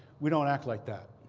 we don't act like that.